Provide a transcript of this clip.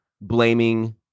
blaming